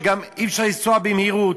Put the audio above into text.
כשגם אי-אפשר לנסוע במהירות,